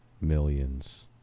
millions